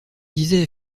disais